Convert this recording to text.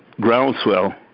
groundswell